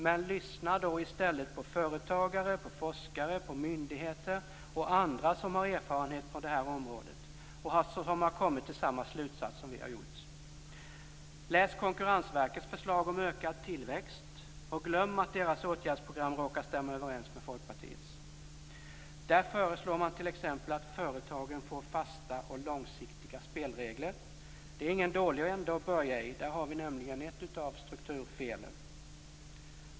Men lyssna då i stället på företagare, på forskare, på myndigheter och på andra som har erfarenhet på det här området och som har kommit till samma slutsats som vi har gjort. Läs Konkurrensverkets förslag om ökad tillväxt. Och glöm att deras åtgärdsprogram råkar stämma överens med Folkpartiets. Där föreslår man t.ex. att företagen får fasta och långsiktiga spelregler. Det är ingen dålig ände att börja i. Där har vi nämligen ett av strukturfelen.